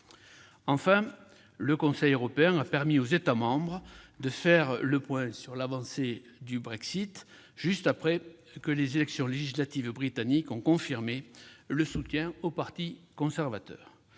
Enfin, le Conseil européen a permis aux États membres de faire le point sur l'avancée du Brexit, juste après que les élections législatives britanniques ont confirmé le soutien de la majorité